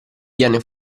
viene